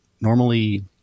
normally